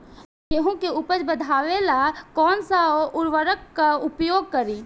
गेहूँ के उपज बढ़ावेला कौन सा उर्वरक उपयोग करीं?